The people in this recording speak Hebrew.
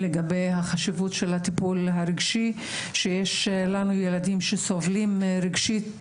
לגבי החשיבות של הטיפול הרגשי שיש לנו ילדים שסובלים רגשית,